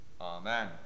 Amen